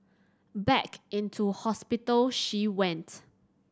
back into hospital she went